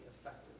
effective